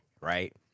Right